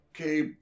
okay